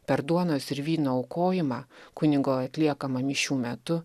per duonos ir vyno aukojimą kunigo atliekamą mišių metu